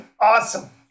Awesome